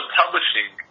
publishing